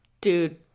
Dude